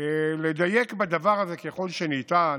לדייק בדבר הזה ככל שניתן,